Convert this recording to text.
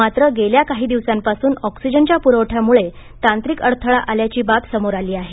मात्र गेल्या काही दिवसांपासून ऑक्सिजनच्या पुरवठ्यामध्ये तांत्रिक अडथळा आल्याची बाब समोर आली आहे